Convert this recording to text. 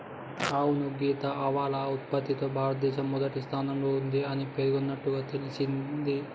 అవును సీత ఆవాల ఉత్పత్తిలో భారతదేశం మొదటి స్థానంలో ఉంది అని పేర్కొన్నట్లుగా తెలింది